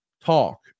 talk